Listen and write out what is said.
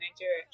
Nigeria